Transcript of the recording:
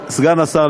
סגן השר,